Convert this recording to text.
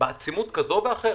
בעצימות כזאת או אחרת.